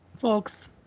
folks